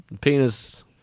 Penis